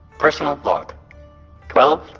personal log twelve.